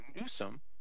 Newsom